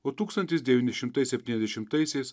o tūkstantis devyni šimtai septyniasdešimtaisiais